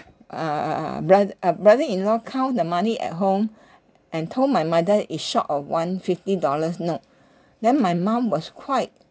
(err)brother uh brother-in-law count the money at home and told my mother it's short of one fifty dollars note then my mum was quite